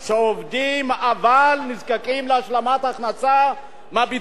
אבל נזקקים להשלמת הכנסה מהביטוח הלאומי,